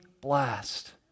blast